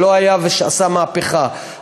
שלא היה ושעשה מהפכה,